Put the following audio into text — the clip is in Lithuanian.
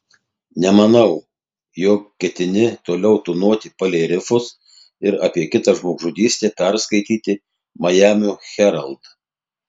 nemanau jog ketini toliau tūnoti palei rifus ir apie kitą žmogžudystę perskaityti majamio herald